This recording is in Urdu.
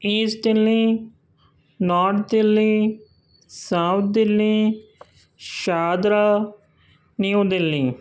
asset Delhi north Delhi south Delhi Shahdara new Delhi